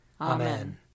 Amen